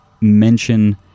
mention